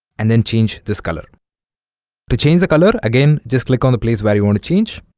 and then change this color to change the color again just click on the place where you want to change